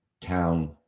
Town